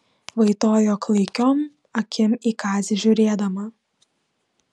vaitojo klaikiom akim į kazį žiūrėdama